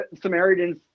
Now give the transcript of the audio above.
Samaritan's